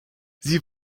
sie